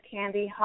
Candy